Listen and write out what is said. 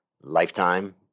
lifetime